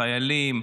חיילים,